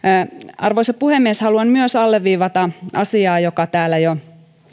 arvoisa puhemies haluan myös alleviivata asiaa joka täällä jo